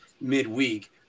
midweek